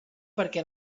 perquè